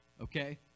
okay